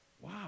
Wow